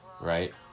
right